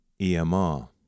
EMR